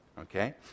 Okay